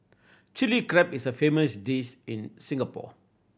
Chilli Crab is a famous dish in Singapore